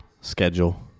schedule